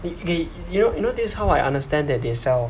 y~ y~ you know you know this is how I understand that they sell